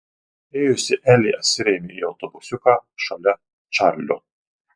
priėjusi elė atsirėmė į autobusiuką šalia čarlio